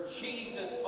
Jesus